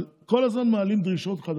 אבל כל הזמן מעלים דרישות חדשות.